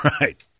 Right